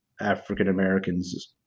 African-Americans